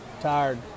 Tired